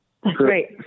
great